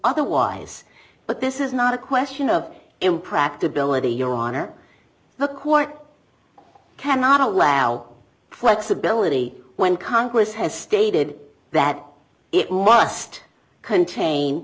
otherwise but this is not a question of impracticability your honor the court cannot allow flexibility when congress has stated that it must contain